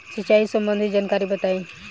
सिंचाई संबंधित जानकारी बताई?